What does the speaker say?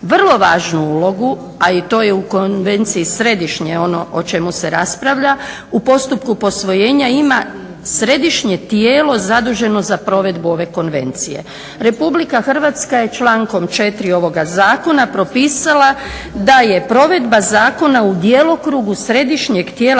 Vrlo važnu ulogu, a i to je u konvenciji središnje ono o čemu se raspravlja, u postupku posvojenja ima središnje tijelo zaduženo za provedbu ove konvencije. Republika Hrvatska je člankom 4. ovoga zakona propisala da je provedba zakona u djelokrugu središnjeg tijela